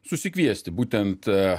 susikviesti būtent